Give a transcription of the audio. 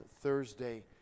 Thursday